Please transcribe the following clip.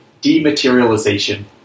dematerialization